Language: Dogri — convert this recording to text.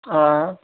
हां